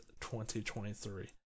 2023